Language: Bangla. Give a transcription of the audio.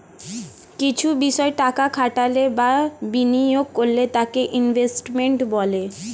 কিছু বিষয় টাকা খাটালে বা বিনিয়োগ করলে তাকে ইনভেস্টমেন্ট বলে